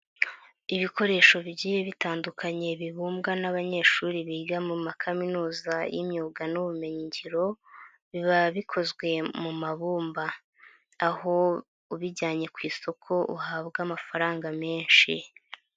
Ibikoresho bigiye bitandukanye bibumbwa n'abanyeshuri biga mu ma kaminuza y'imyuga n'ubumenyingiro, biba bikozwe mu mabumba. Aho ubijyanye ku isoko uhabwa amafaranga menshi.